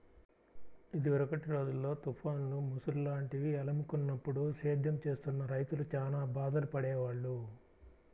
ఇదివరకటి రోజుల్లో తుఫాన్లు, ముసురు లాంటివి అలుముకున్నప్పుడు సేద్యం చేస్తున్న రైతులు చానా బాధలు పడేవాళ్ళు